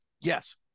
Yes